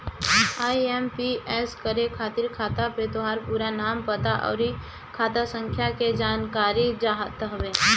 IMPS करे खातिर खाता पे तोहार पूरा नाम, पता, अउरी खाता संख्या के जानकारी चाहत हवे